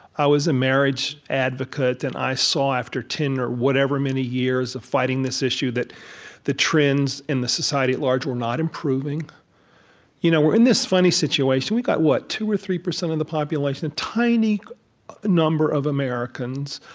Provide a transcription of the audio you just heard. i was a marriage advocate, and i saw, after ten or whatever many years of fighting this issue, that the trends in the society at large were not improving you know we're in this funny situation. we've got, what, two or three percent of the population, a tiny number of americans,